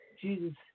Jesus